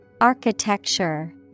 Architecture